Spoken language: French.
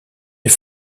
est